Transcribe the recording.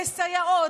כסייעות,